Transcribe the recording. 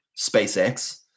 SpaceX